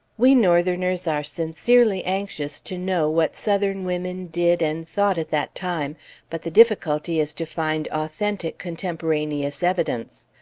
we northerners are sincerely anxious to know what southern women did and thought at that time, but the difficulty is to find authentic contemporaneous evidence.